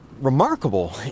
remarkable